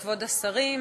כבוד השרים,